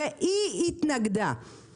אני חושבת שהיא צריכה לקבל נזיפה על הדבר הזה.